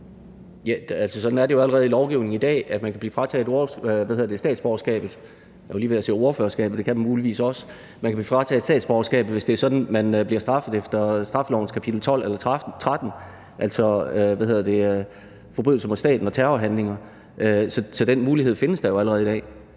(EL): Sådan er det jo allerede i lovgivningen i dag, altså at man kan få frataget statsborgerskabet. Jeg var lige ved at sige ordførerskabet – det kan man muligvis også. Man kan få frataget statsborgerskabet, hvis det er sådan, at man bliver straffet efter straffelovens kapitel 12 eller 13, altså ved forbrydelse mod staten og terrorhandlinger. Så den mulighed findes jo allerede i dag.